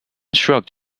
shrugged